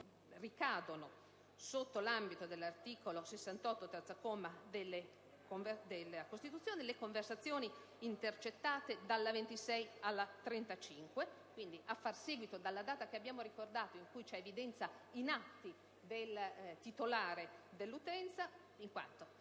ricadono sotto l'ambito dell'articolo 68, terzo comma, della Costituzione le conversazioni intercettate dalla ventiseiesima alla trentacinquesima, quindi a far seguito dalla data che abbiamo ricordato in cui c'è evidenza in atti del titolare dell'utenza, in quanto